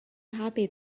happy